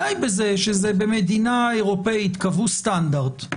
די שבמדינה אירופית קבעו סטנדרט,